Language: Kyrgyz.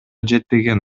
жетпеген